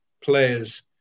players